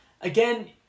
Again